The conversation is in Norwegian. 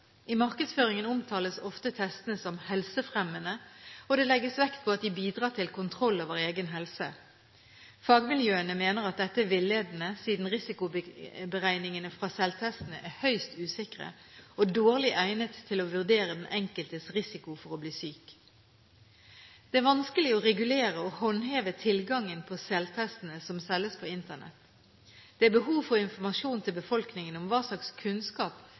I markedsføringen omtales ofte testene som helsefremmende, og det legges vekt på at de bidrar til kontroll over egen helse. Fagmiljøene mener at dette er villedende, siden risikoberegningene fra selvtestene er høyst usikre og dårlig egnet til å vurdere den enkeltes risiko for å bli syk. Det er vanskelig å regulere og håndheve tilgangen på selvtestene som selges på Internett. Det er behov for informasjon til befolkningen om hva slags kunnskap